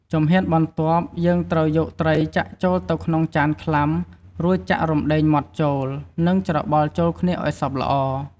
ជំហានបន្ទាប់ យើងត្រូវយកត្រីចាក់ចូលទៅក្នុងចានខ្លាំ រួចចាក់រំដេងម៉ដ្ដចូល និងច្របល់ចូលគ្នាឱ្យសព្វល្អ។